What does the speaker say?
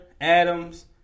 Adams